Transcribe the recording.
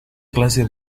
clase